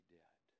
dead